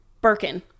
Birkin